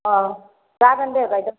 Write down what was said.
औ जागोन दे बायद'